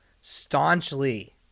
staunchly